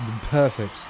perfect